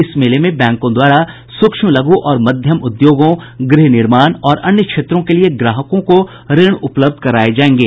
इस मेले में बैंकों द्वारा सूक्ष्म लघु और मध्यम उद्योगों गृह निर्माण और अन्य क्षेत्रों के लिए ग्राहकों को ऋण उपलब्ध कराये जायेंगे